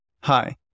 hi